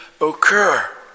occur